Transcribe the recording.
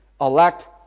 elect